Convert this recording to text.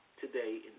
today